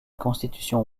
constitution